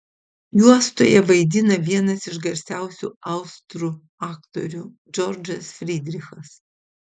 juostoje vaidina vienas iš garsiausių austrų aktorių džordžas frydrichas